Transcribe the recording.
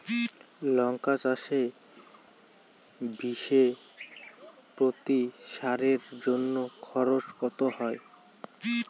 লঙ্কা চাষে বিষে প্রতি সারের জন্য খরচ কত হয়?